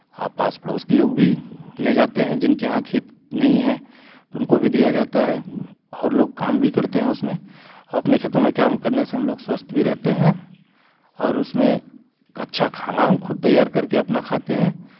आप पास पड़ोस के लोग भी ले जाते हैं जिनके यहाँ खेत नहीं है तो उनको भी दिया जाता है और लोग काम भी करते हैं उसमें अपने खेतों में काम करने से हम लोग स्वस्थ भी रहते हैं और उसमें अच्छा खाना हम खुद तैयार करके अपना खाते हैं